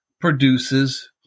produces